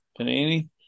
panini